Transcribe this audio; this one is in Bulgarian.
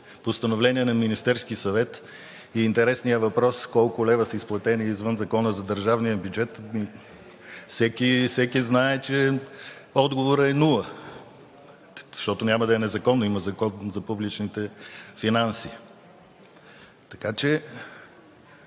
постановления на Министерския съвет и интересния въпрос колко лева са изплатени извън Закона за държавния бюджет, всеки знае, че отговорът е „нула“, защото няма да е незаконно – има Закон за публичните финанси.